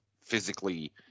physically